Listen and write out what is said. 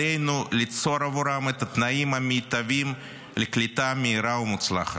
עלינו ליצור בעבורם את התנאים המיטביים לקליטה מהירה ומוצלחת.